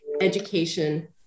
education